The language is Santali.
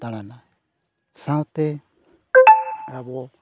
ᱫᱟᱬᱟᱱᱟ ᱥᱟᱶᱛᱮ ᱟᱵᱚ